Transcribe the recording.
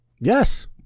Yes